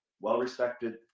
well-respected